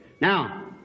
Now